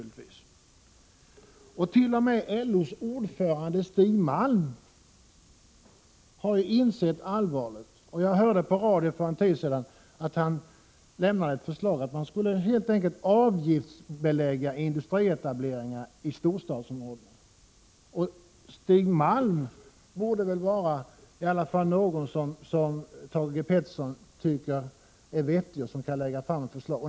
LO:s ordförande Stig Malm har ju insett allvaret. Jag hörde i radio för en tid sedan att han föreslagit att man helt enkelt skulle avgiftsbelägga industrietableringar i storstadsområdena. Stig Malm borde väl i alla fall vara en person som Thage Peterson tycker är vettig och kan lägga fram bra förslag.